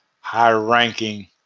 high-ranking